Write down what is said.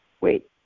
Wait